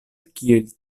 kiel